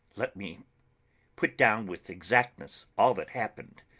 let me put down with exactness all that happened,